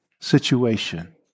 situation